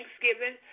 Thanksgiving